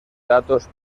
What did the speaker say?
datos